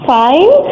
fine